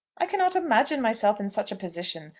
i cannot imagine myself in such a position.